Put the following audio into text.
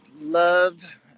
love